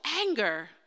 anger